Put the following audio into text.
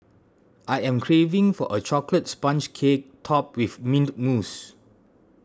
I am craving for a Chocolate Sponge Cake Topped with Mint Mousse